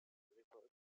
report